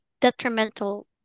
detrimental